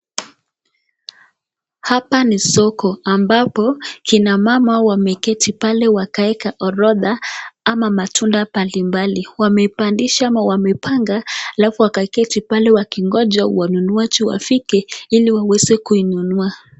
Hapa ni soko ambapo kina mama wameketi wakaeka orodha ama matunda mbali mbali wamepandisha ama wamepanga alafu wakaketi pale wakingoja wanunuaji wafike ili waweze kuinunua.